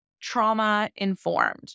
trauma-informed